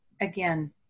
again